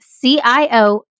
CIO